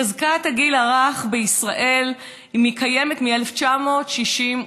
חזקת הגיל הרך בישראל קיימת מ-1962,